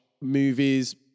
movies